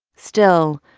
still,